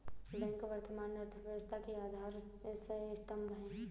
bank वर्तमान अर्थव्यवस्था के आधार स्तंभ है